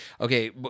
Okay